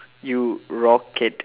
you rocket